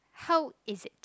how is it